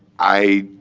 i,